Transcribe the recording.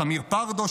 תמיר פרדו,